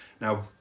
Now